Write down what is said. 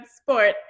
sport